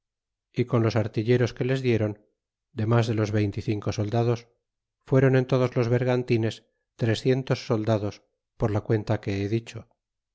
y con los artilleros que les dieron demas de los veinte y cinco soldados fueron en todos los vergantines trescientos soldados por la cuenta que he dicho